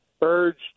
urged